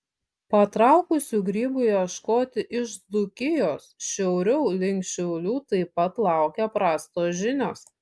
patraukusių grybų ieškoti iš dzūkijos šiauriau link šiaulių taip pat laukia prastos žinios